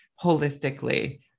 holistically